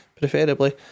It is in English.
preferably